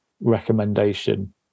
recommendation